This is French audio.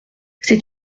c’est